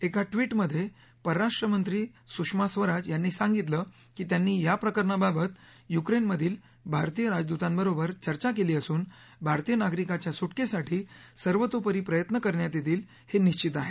एका ट्विटमध्ये परराष्ट्र मंत्री सुषमा स्वराज यांनी सांगितलं की त्यांनी या प्रकरणाबाबत यूक्रेनमधील भारतीय राजदूतांबरोबर चर्चा केली असून भारतीय नागरिकाच्या सुटकेसाठी सर्वतोपरी प्रयत्न करण्यात येतील हे निश्वित आहे